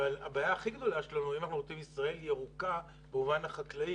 אבל הבעיה הכי גדולה שלנו האם אנחנו רוצים ישראל ירוקה במובן החקלאי.